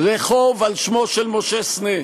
רחוב על שמו של משה סנה.